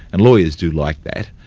and lawyers do like that.